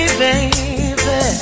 baby